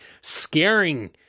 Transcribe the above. scaring